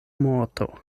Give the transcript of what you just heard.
morto